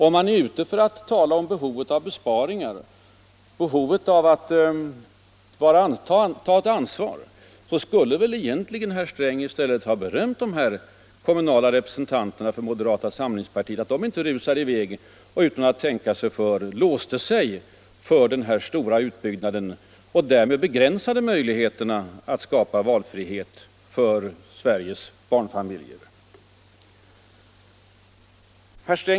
Om man är ute för att tala om behov av besparingar, behov av att ta ett ansvar, skulle väl herr Sträng egentligen i stället ha berömt de här kommunala representanterna för moderata samlingspartiet därför att de inte rusade i väg och utan att tänka sig för låste sig för den här stora utbyggnaden och därmed begränsade möjligheterna att skapa valfrihet för Sveriges barnfamiljer.